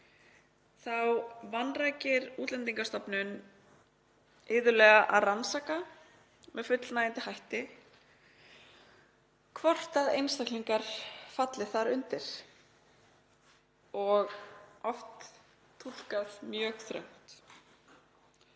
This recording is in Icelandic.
á vanrækir Útlendingastofnun iðulega að rannsaka með fullnægjandi hætti hvort einstaklingar falli þar undir og túlkar það mjög þröngt.